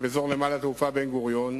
נמל התעופה בן-גוריון,